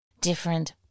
different